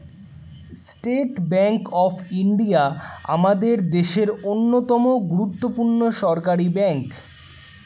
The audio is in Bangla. স্টেট ব্যাঙ্ক অফ ইন্ডিয়া আমাদের দেশের অন্যতম গুরুত্বপূর্ণ সরকারি ব্যাঙ্ক